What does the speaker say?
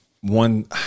one